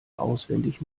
auswendig